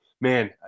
Man